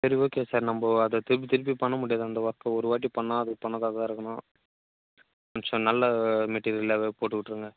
சரி okay sir நம்ம அதை திருப்பி திருப்பி பண்ண முடியாது அந்த ஒர்க்கை ஒரு வாட்டி பண்ணால் அது பண்ணதாக தான் இருக்கணும் கொஞ்சம் நல்ல மெட்டிரியலாகவே போட்டுவிட்ருங்க